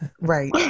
right